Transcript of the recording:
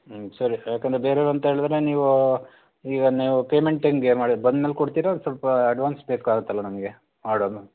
ಹ್ಞೂ ಸರಿ ಯಾಕೆಂದ್ರೆ ಬೇರೆಯವ್ರು ಅಂಥೇಳಿದ್ರೆ ನೀವು ಈಗ ನೀವು ಪೇಮೆಂಟ್ ಹೆಂಗೆ ಮಾಡಿ ಬಂದ್ಮೇಲೆ ಕೊಡ್ತೀರ ಸ್ವಲ್ಪ ಅಡ್ವಾನ್ಸ್ ಬೇಕಾಗಿತ್ತಲ್ಲ ನಮಗೆ ಆರ್ಡರ್ನು